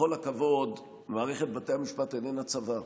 בכל הכבוד, מערכת בתי המשפט איננה צבא.